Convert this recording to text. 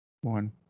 one